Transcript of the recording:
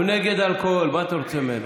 הוא נגד אלכוהול, מה אתה רוצה ממנו?